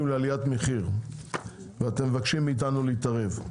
לעליית מחיר ואתם מבקשים מאיתנו להתערב.